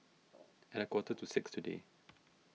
a quarter to six today